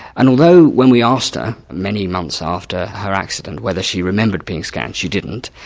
and although when we asked her many months after her accident whether she remembered being scanned, she didn't.